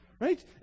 Right